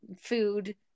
food